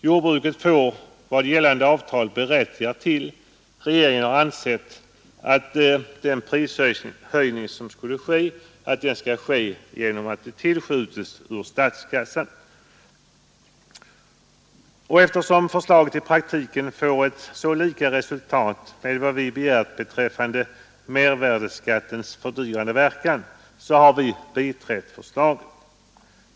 Jordbruket får vad gällande avtal berättigar till, och regeringen har ansett att dessa medel inte skall tas ut genom en prishöjning utan i stället betalas direkt från statskassan. Och eftersom förslaget i praktiken leder till ett resultat som är så likt vad vi i motioner begärt skall utredas, nämligen differentiering av mervärdeskatten eller på annat ta bort mervärdeskattens fördyrande inverkan på livsmedel, så har vi biträtt förslaget.